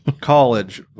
college